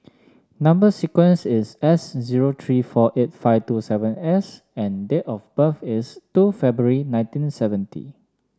number sequence is S zero three four eight five two seven S and date of birth is two February nineteen seventy